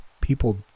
people